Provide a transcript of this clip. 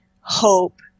hope